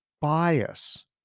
bias